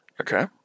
Okay